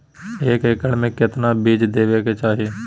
एक एकड़ मे केतना बीज देवे के चाहि?